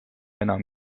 enam